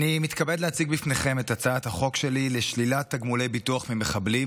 אני מתכבד להציג בפניכם את הצעת החוק שלי לשלילת תגמולי ביטוח ממחבלים.